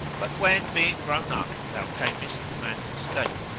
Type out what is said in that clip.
but, when being grown up thou camest to man's estate,